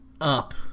up